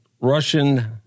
Russian